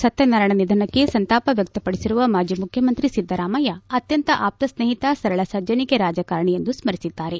ಸತ್ಯನಾರಾಯಣ ನಿಧನಕ್ಕೆ ಸಂತಾಪ ವ್ಯಕ್ತಪಡಿಸಿರುವ ಮಾಜಿ ಮುಖ್ಯಮಂತ್ರಿ ಸಿದ್ದರಾಮಯ್ಯ ಅತ್ತಂತ ಆಪ್ತ ಸ್ನೇಹಿತ ಸರಳ ಸಜ್ಜನಿಕೆಯ ರಾಜಕಾರಣೆ ಎಂದು ಸ್ಪರಿಸಿದ್ದಾರೆ